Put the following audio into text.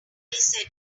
said